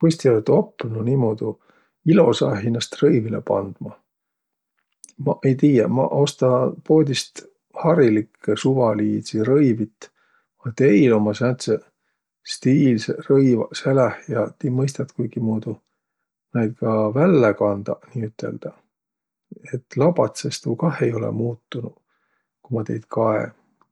Kuis ti olõt opnuq niimuudu ilosahe hinnäst rõivilõ pandma? Ma ei tiiäq, maq osta poodist harilikkõ, suvaliidsi rõivit, a teil ummaq sääntseq stiilseq rõivaq säläh ja ti mõistat kuikimuudu naid ka vällä kandaq niiüteldäq. Et labatsõs tuu kah ei olõq muutunuq, ku ma teid kae.